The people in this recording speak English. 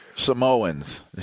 Samoans